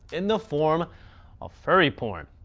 in the form of furry porn.